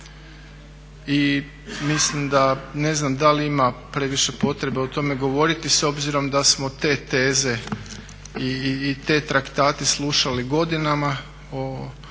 I mislim da, ne znam da li ima previše potrebe o tome govoriti s obzirom da smo te teze i te traktate slušali godinama